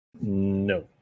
no